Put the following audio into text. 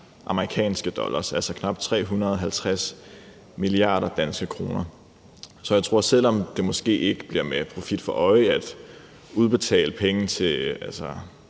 amerikanske dollars, altså knap 350 milliarder danske kroner. Så jeg tror, at selv om det måske ikke bliver med profit for øje at udbetale penge til